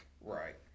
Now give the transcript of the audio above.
Right